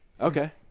Okay